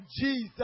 Jesus